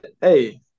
hey